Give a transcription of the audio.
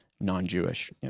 non-Jewish